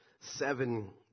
seven